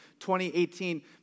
2018